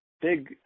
big